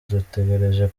dutegereje